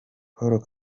paul